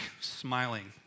smiling